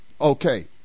okay